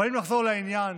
אבל אם נחזור לעניין,